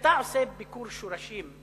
כשאתה עושה ביקור שורשים,